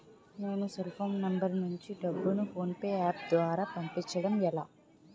నేను cell phone number నుంచి డబ్బును ను ఫోన్పే అప్ ద్వారా పంపించడం ఎలా?